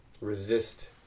resist